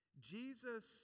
Jesus